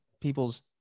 people's